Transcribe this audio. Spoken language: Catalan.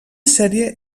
sèrie